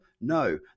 No